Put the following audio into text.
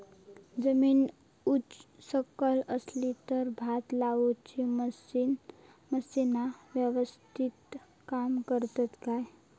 जमीन उच सकल असली तर भात लाऊची मशीना यवस्तीत काम करतत काय?